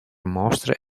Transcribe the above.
mostre